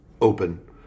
open